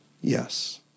yes